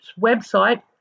website